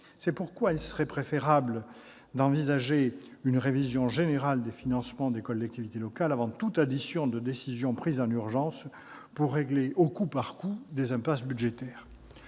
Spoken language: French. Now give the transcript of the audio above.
C'est pourquoi il serait préférable d'envisager une révision générale des financements des collectivités locales, au lieu d'additionner les décisions prises en urgence, visant à sortir au coup par coup d'une impasse budgétaire